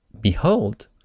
behold